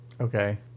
Okay